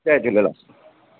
Jay Jhulelal